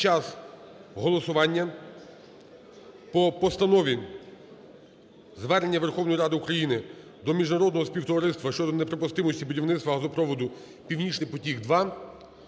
під час голосування по Постанові Звернення Верховної Ради України до міжнародного співтовариства щодо неприпустимості газопроводу "Північний потік 2"